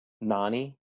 Nani